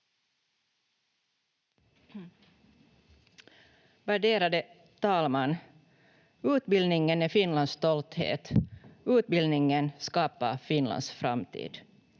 Värderade talman! Utbildningen är Finlands stolthet. Utbildningen skapar Finlands framtid.